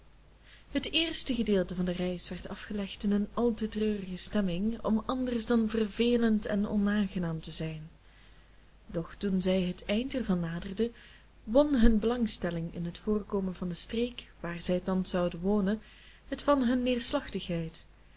het eerste gedeelte van de reis werd afgelegd in een al te treurige stemming om anders dan vervelend en onaangenaam te zijn doch toen zij het eind ervan naderden won hun belangstelling in het voorkomen van de streek waar zij thans zouden wonen het van hunne neerslachtigheid